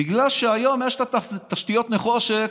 בגלל שהיום יש לה תשתיות נחושת,